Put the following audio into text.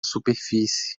superfície